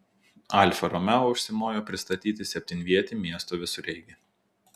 alfa romeo užsimojo pristatyti septynvietį miesto visureigį